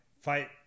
fight